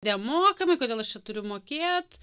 nemokamai kodėl aš čia turiu mokėt